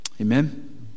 Amen